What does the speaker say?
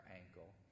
ankle